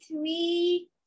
three